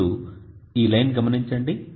ఇప్పుడు ఈ లైన్ గమనించండి